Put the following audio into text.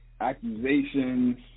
accusations